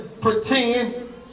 pretend